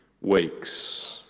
weeks